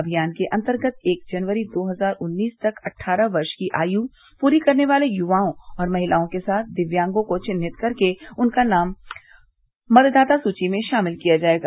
अभियान के अन्तर्गत एक जनवरी दो हजार उन्नीस तक अट्ठारह वर्ष की आयु पूरी करने वार्ले युवाओं और महिलाओं के साथ दिव्यांगों को विन्हित करके उनका नाम मतदाता सुवी में शामिल किया जायेगा